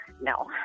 no